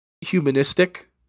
humanistic